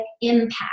impact